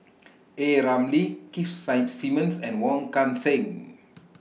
A Ramli Keith Simmons and Wong Kan Seng